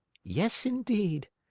yes, indeed.